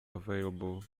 available